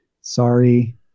Sorry